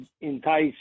entice